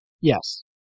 Yes